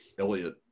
Elliot